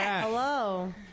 Hello